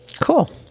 Cool